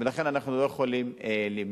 ולכן אנחנו לא יכולים למנוע.